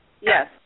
yes